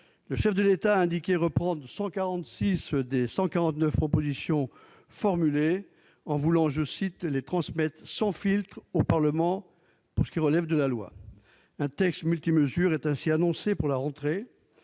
Le chef de l'État a indiqué reprendre 146 des 149 propositions formulées et souhaiter les transmettre « sans filtre » au Parlement pour ce qui relève de la loi. Un texte comprenant diverses mesures est ainsi annoncé pour la rentrée.